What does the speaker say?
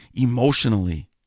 emotionally